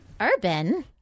Urban